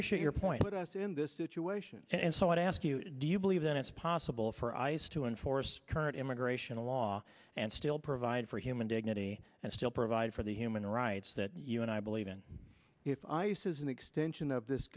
share your point with us in this situation and so i ask you do you believe that it's possible for ice to enforce current immigration law and still provide for human dignity and still provide for the minorites that you and i believe in if i use is an extension of this